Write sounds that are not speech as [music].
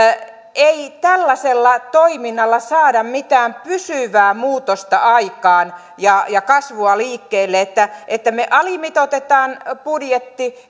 ei tällaisella toiminnalla saada mitään pysyvää muutosta aikaan ja ja kasvua liikkeelle että että alimitoitetaan budjetti [unintelligible]